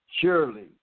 Surely